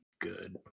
good